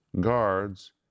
guards